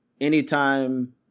anytime